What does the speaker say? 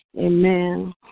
Amen